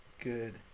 good